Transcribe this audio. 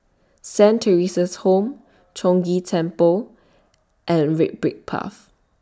Saint Theresa's Home Chong Ghee Temple and Red Brick Path